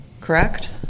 Correct